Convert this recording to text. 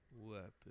weapon